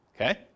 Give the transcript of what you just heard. Okay